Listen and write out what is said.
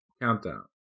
countdown